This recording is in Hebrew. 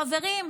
חברים,